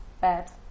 bad